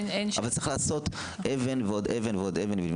אבל צריך לבנות את זה אבן אחר אבן.